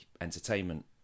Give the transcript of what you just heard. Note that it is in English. entertainment